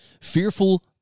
Fearful